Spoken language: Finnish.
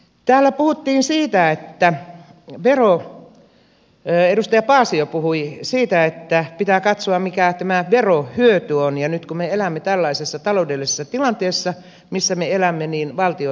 täällä edustaja paasio puhui siitä että pitää katsoa mikä tämä verohyöty on ja nyt kun me elämme tällaisessa taloudellisessa tilanteessa missä me elämme valtio tarvitsee veroja